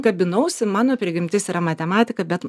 kabinausi mano prigimtis yra matematika bet